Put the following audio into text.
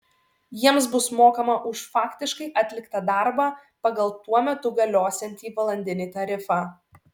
jiems bus mokama už faktiškai atliktą darbą pagal tuo metu galiosiantį valandinį tarifą